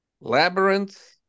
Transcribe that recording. Labyrinth